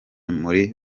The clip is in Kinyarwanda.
muri